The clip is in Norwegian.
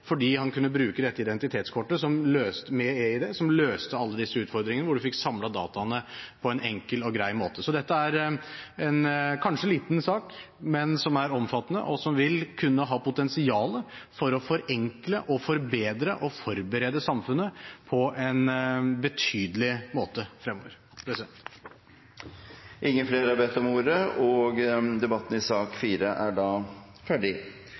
fordi han kunne bruke dette identitetskortet med e-ID, som løste alle disse utfordringene, og hvor man fikk samlet dataene på en enkel og grei måte. Så dette er kanskje en liten sak, men som er omfattende, og som vil kunne ha potensial for å forenkle og forbedre og forberede samfunnet på en betydelig måte fremover. Flere har ikke bedt om ordet til sak nr. 4. Arbeidet med å endre lover som oreigningslova er